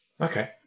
Okay